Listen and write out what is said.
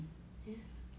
ya